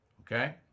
okay